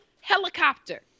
helicopter